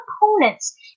components